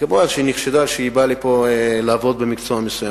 היא נחשדה שהיא באה לפה לעבוד במקצוע מסוים.